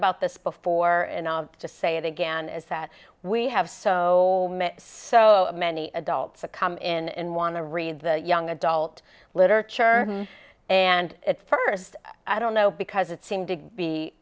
about this before and i'll just say it again is that we have so so many adults to come in and want to read the young adult literature and at first i don't know because it seemed to be